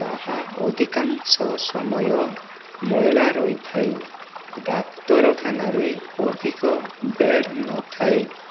ତାହା ଅଧିକାଂଶ ସମୟ ମଇଳା ରହିଥାଏ ଡାକ୍ତରଖାନାରେ ଅଧିକ ବେଡ଼୍ ନଥାଏ